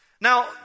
Now